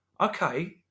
okay